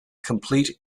complete